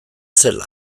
zela